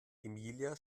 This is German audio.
emilia